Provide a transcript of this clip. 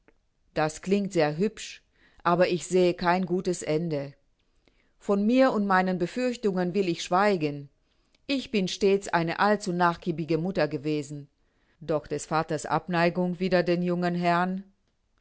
das klingt sehr hübsch aber ich sehe kein gutes ende von mir und meinen befürchtungen will ich schweigen ich bin stets eine allzu nachgiebige mutter gewesen doch des vaters abneigung wider den jungen herrn